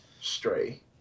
Stray